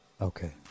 Okay